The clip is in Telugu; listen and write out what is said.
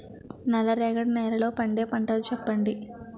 నల్ల రేగడి నెలలో పండే పంటలు చెప్పండి?